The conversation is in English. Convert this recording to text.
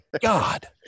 God